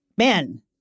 Man